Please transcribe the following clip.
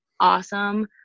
awesome